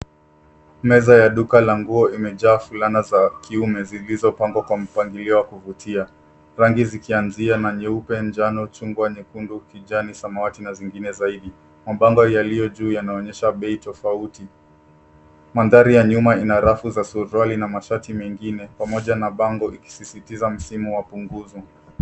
Meza ya duka la nguo imejaa fulana za kiume zilizopangwa kwa mpangilio wa kuvutia rangi zikianzia nyeupe, njano, chungwa, nyekundu ,kijani samawati na zingine zaidi mabango yaliyojuu yanaonyesha bei tofauti, mandhari ya nyuma ina suruari na mashati mengine pamoja na bango ikisisitiza msimu wa punguzo.